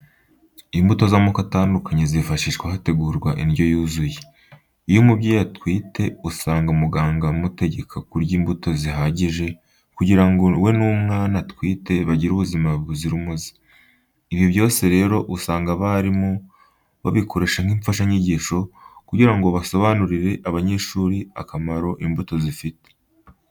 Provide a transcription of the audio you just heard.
Imbuto z'amoko atandukanye zifashishwa hategurwa indyo yuzuye. Iyo umubyeyi atwite usanga muganga amutegeka kurya imbuto zihagije kugira ngo we n'umwana atwite bagire ubuzima buzira umuze. Ibi byose rero, usanga abarimu babikoresha nk'imfashanyigisho, kugira ngo basobanurire abanyeshuri akamaro imbuto zifite.